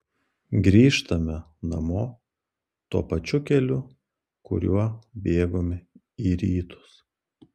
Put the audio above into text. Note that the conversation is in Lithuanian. grįžtame namo tuo pačiu keliu kuriuo bėgome į rytus